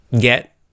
get